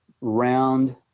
round